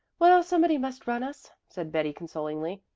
well, somebody must run us, said betty consolingly.